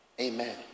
amen